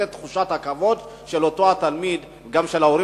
את תחושת הכבוד של אותו תלמיד וגם של הוריו,